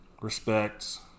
Respects